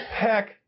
Heck